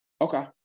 Okay